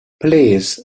police